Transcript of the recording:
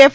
F